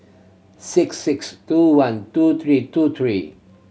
six six two one two three two three